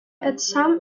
exam